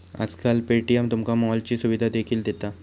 आजकाल पे.टी.एम तुमका मॉलची सुविधा देखील दिता